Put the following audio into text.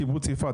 קיבוץ יפעת,